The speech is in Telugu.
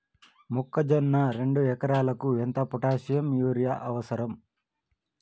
మొక్కజొన్న రెండు ఎకరాలకు ఎంత పొటాషియం యూరియా అవసరం?